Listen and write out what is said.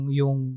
yung